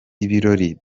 ibirori